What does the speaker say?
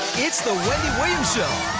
it's the wendy williams show